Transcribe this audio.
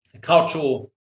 cultural